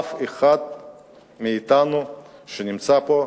אף אחד מאתנו פה,